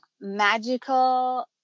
magical